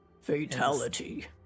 Fatality